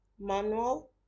manual